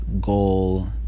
goal